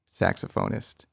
Saxophonist